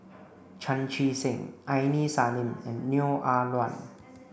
Chan Chee Seng Aini Salim and Neo Ah Luan